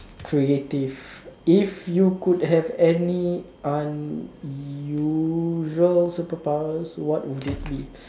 creative if you could have any unusual superpowers what would it be